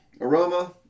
Aroma